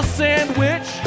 sandwich